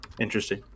interesting